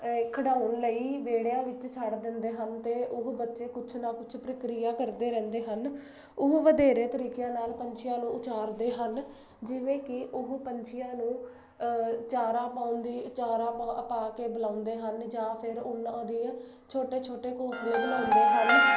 ਖਡਾਉਣ ਲਈ ਵੇੜਿਆਂ ਵਿੱਚ ਛੱਡ ਦਿੰਦੇ ਹਨ ਤੇ ਉਹ ਬੱਚੇ ਕੁਝ ਨਾ ਕੁਝ ਪ੍ਰਕਿਰਿਆ ਕਰਦੇ ਰਹਿੰਦੇ ਹਨ ਉਹ ਵਧੇਰੇ ਤਰੀਕਿਆਂ ਨਾਲ ਪੰਛੀਆਂ ਨੂੰ ਉਚਾਰਦੇ ਹਨ ਜਿਵੇਂ ਕਿ ਉਹ ਪੰਛੀਆਂ ਨੂੰ ਚਾਰਾਂ ਪਾਉਂਦੇ ਚਾਰਾ ਪਾ ਪਾ ਕੇ ਬੁਲਾਉਂਦੇ ਹਨ ਜਾਂ ਫਿਰ ਉਹਨਾਂ ਦੀਆਂ ਛੋਟੇ ਛੋਟੇ ਘੋਸਲੇ ਬਣਾਉਂਦੇ ਹਨ